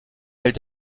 hält